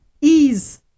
ease